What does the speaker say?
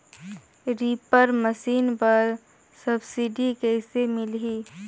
Reaper machine बर subsidy कइसे मिलही?